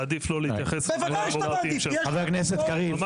מעדיף לא להתייחס, לא מתאים, לא